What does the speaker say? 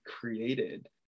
created